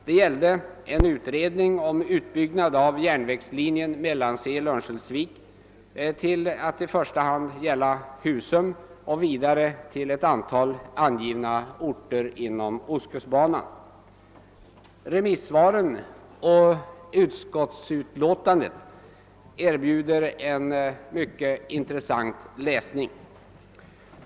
Det gäller en utredning om utbyggnad av järnvägslinjen Mellansel-—-Örnsköldsvik till i första hand Husum och vidare till ett antal angivna orter utmed ostkustbanan. Remissvaren och utskottsutlåtandet erbjuder en mycket intressant läsning.